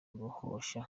guhosha